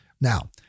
Now